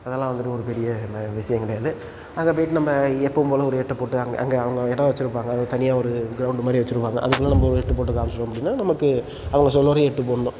அதெல்லாம் வந்துட்டு ஒரு பெரிய நெ விஷயம் கிடையாது அங்கே போய்ட்டு நம்ம எப்பவும் போல் ஒரு எட்டை போட்டு அங்கே அங்கே அவங்க இடம் வெச்சுருப்பாங்க தனியாக ஒரு க்ரௌண்டு மாதிரி வெச்சுருவாங்க அதுக்குள்ளே நம்ம ஒரு எட்டு போட்டு காமிச்சுட்டோம் அப்படின்னா நமக்கு அவங்க சொன்னோனே எட்டு போடணும்